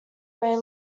where